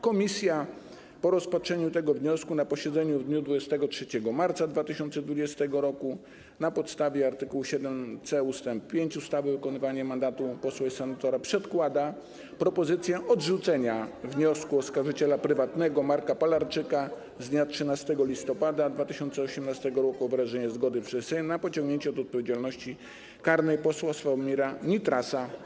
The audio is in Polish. Komisja po rozpatrzeniu tego wniosku na posiedzeniu w dniu 23 marca 2020 r. na podstawie art. 7c ust. 5 ustawy o wykonywaniu mandatu posła i senatora przedkłada propozycję odrzucenia wniosku oskarżyciela prywatnego Marka Palarczyka z dnia 13 listopada 2018 r. o wyrażenie zgody przez Sejm na pociągnięcie do odpowiedzialności karnej posła Sławomira Nitrasa.